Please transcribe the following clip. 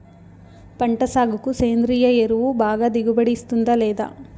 పంట సాగుకు సేంద్రియ ఎరువు బాగా దిగుబడి ఇస్తుందా లేదా